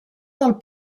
del